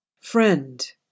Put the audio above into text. Friend